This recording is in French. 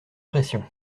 pression